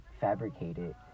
fabricated